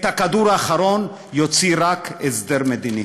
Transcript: את הכדור האחרון, יוציא רק הסדר מדיני.